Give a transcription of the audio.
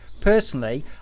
personally